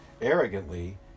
arrogantly